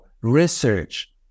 Research